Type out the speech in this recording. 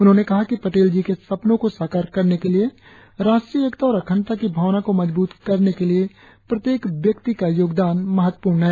उन्होंने कहा कि पटेल जी के सपनों को साकार करने के लिए राष्ट्रीय एकता और अखंडता की भावना को मजबूत करने के लिए प्रत्येक व्यक्ति का योगदान महत्वपूर्ण है